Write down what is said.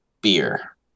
beer